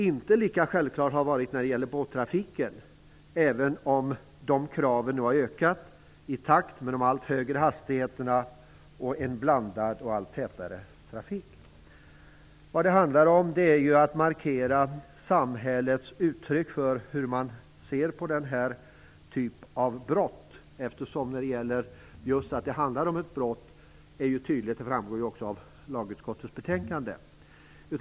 Inte lika självklart har detta varit när det gällt båttrafiken, även om kraven har ökat i takt med de allt högre hastigheterna och en blandad och allt tätare trafik. Det handlar om att markera hur samhället ser på den här typen av brott. Att det handlar om ett brott är tydligt, vilket också framgår av lagutskottets betänkande.